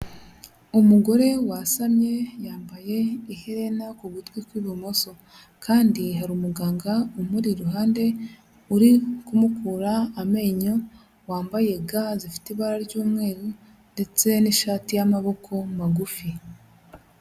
Umugore wasamye yambaye iherena ku gutwi kw'ibumoso, kandi hari umuganga umuri iruhande, uri kumukura amenyo wambaye ga zifite ibara ry'umweru ndetse n'ishati y'amaboko magufi.